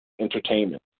entertainment